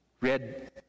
red